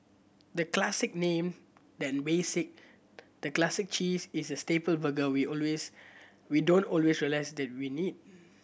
the classic name than basic the Classic Cheese is the staple burger we always we don't always realize that we need